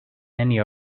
many